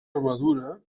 armadura